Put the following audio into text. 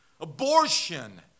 abortion